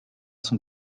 son